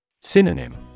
Synonym